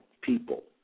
people